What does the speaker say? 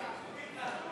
מינוי יועצים משפטיים